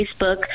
Facebook